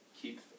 Keep